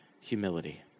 humility